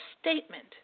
statement